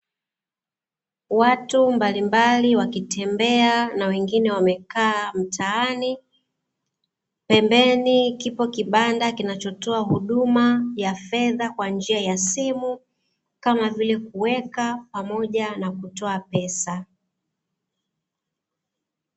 Watu mbalimbali wakitembea na wengine wamekaa mtaani, pembeni kipo kibanda kinachotoa huduma ya fedha kwa njia ya simu, kama vile kuweka pamoja na kutoa pesa.